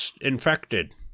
infected